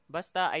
Basta